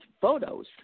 photos